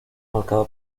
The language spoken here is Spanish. marcada